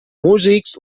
músics